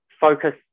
focus